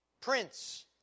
Prince